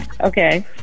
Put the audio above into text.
Okay